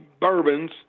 bourbons